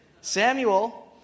Samuel